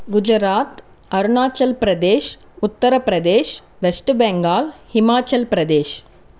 Gujarat Arunachal Pradesh Uttar Pradesh West Bengal Himachal Pradesh